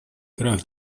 крах